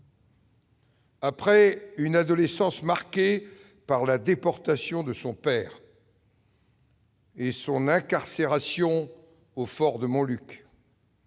Après une adolescence marquée par la déportation de son père et son incarcération au fort de Montluc,